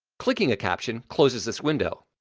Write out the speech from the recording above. clicking a caption closes this window.